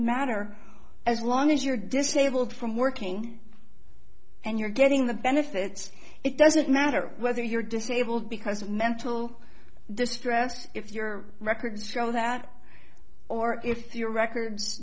matter as long as you're disabled from working and you're getting the benefits it doesn't matter whether you're disabled because of mental distress if your records show that or if your record